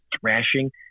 thrashing